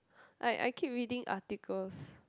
I I keep reading articles